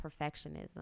perfectionism